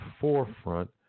forefront